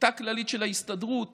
שביתה כללית של ההסתדרות